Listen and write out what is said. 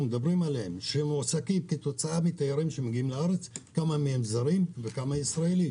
מדברים עליהם שמועסקים מתיירות שמגיעה לארץ כמה מהם זרים וכמה ישראלים?